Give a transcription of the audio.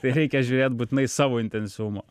reikia žiūrėt būtinai savo intensyvumo